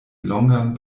longan